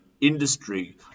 industry